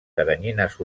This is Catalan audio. teranyines